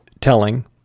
telling